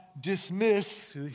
dismiss